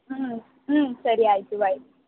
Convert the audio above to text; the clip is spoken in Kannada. ಹ್ಞೂ ಹೂಂ ಸರಿ ಆಯಿತು ಬಾಯ್